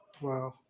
Wow